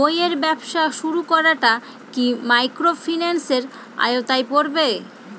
বইয়ের ব্যবসা শুরু করাটা কি মাইক্রোফিন্যান্সের আওতায় পড়বে?